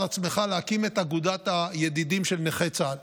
עצמך להקים את אגודת הידידים של נכי צה"ל,